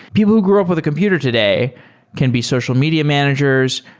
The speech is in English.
people who grew up with a computer today can be social media managers.